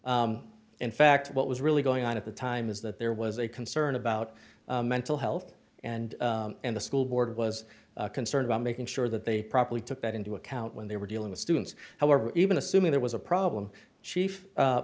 not in fact what was really going on at the time is that the there was a concern about mental health and the school board was concerned about making sure that they properly took that into account when they were dealing with students however even assuming there was a problem chief